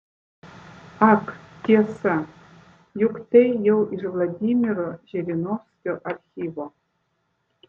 ak tiesa juk tai jau iš vladimiro žirinovskio archyvo